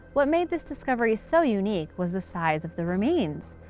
what made this discovery so unique was the size of the remains.